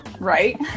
right